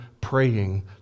praying